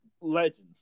legends